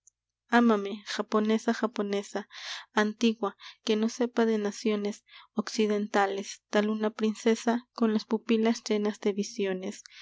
ámame japonesa japonesa antigua que no sepa de naciones occidentales tal una princesa con las pupilas llenas de visiones